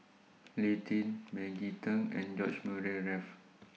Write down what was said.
Lee Tjin Maggie Teng and George Murray Reith